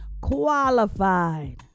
qualified